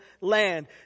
land